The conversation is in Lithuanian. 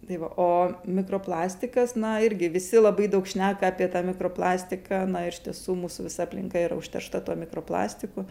tai va o mikroplastikas na irgi visi labai daug šneka apie tą mikroplastiką na ir iš tiesų mūsų visa aplinka yra užteršta tuo mikroplastiku